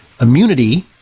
immunity